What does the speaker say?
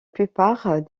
plupart